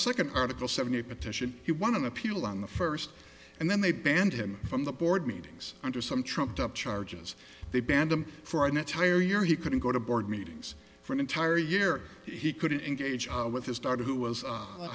second article seventy a petition he won an appeal on the first and then they banned him from the board meetings under some trumped up charges they banned him for an entire year he couldn't go to board meetings for an entire year he couldn't engage with his starter who was a